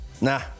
Nah